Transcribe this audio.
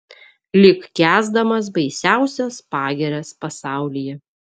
lyg kęsdamas baisiausias pagirias pasaulyje